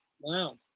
Wow